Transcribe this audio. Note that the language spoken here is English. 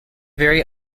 vary